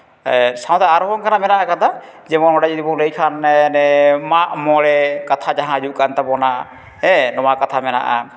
ᱥᱟᱶᱛᱮ ᱟᱨᱦᱚᱸ ᱚᱱᱠᱟᱱᱟᱜ ᱢᱮᱱᱟᱜ ᱠᱟᱫᱟ ᱡᱮᱢᱚᱱ ᱚᱸᱰᱮ ᱡᱩᱫᱤ ᱵᱚᱱ ᱞᱟᱹᱭ ᱠᱷᱟᱱ ᱚᱱᱮ ᱚᱸᱰᱮ ᱢᱟᱜ ᱢᱚᱬᱮ ᱠᱟᱛᱷᱟ ᱡᱟᱦᱟᱸ ᱦᱤᱡᱩᱜ ᱠᱟᱱ ᱛᱟᱵᱚᱱᱟ ᱦᱮᱸ ᱱᱚᱣᱟ ᱠᱟᱛᱷᱟ ᱢᱮᱱᱟᱜᱼᱟ